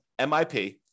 MIP